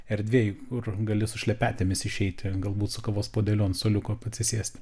erdvėj kur gali su šlepetėmis išeiti galbūt su kavos puodeliu ant suoliuko atsisėsti